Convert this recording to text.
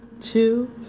two